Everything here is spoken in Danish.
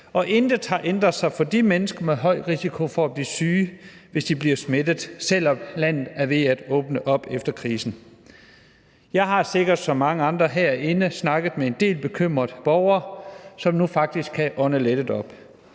og intet har ændret sig for de mennesker med høj risiko for at blive syge, hvis de bliver smittet, selv om landet er ved at åbne op efter krisen. Jeg har sikkert som mange andre herinde snakket med en del bekymrede borgere, som nu faktisk kan ånde lettet op.